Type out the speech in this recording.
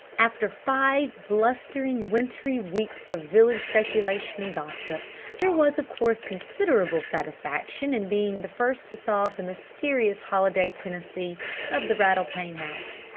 after five blustering, wintry weeks of village speculation and gossip there was of course considerable satisfaction in being the first to solve the mysterious holiday tenancy of the rattle-pane house.